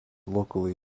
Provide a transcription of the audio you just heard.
locally